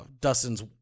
Dustin's